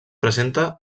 presenta